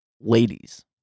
ladies